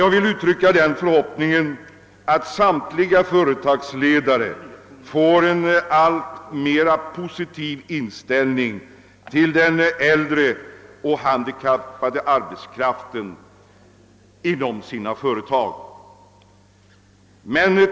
Jag vill uttrycka förhoppningen att samtliga företagsledare inom sina företag får en alltmera positiv inställning till den äldre och den handikappade arbetskraften.